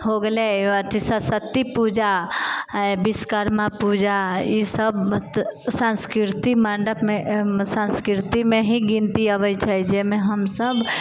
हो गेलै सरस्वती पूजा है विश्वकर्मा पूजा ई सब सांस्कृति मण्डपमे सांस्कृतिमे ही गिनती आबै छै जाहिमे हमसब